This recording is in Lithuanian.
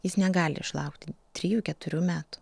jis negali išlaukti trijų keturių metų